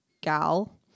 gal